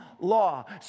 law